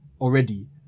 already